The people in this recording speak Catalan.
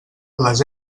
les